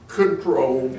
control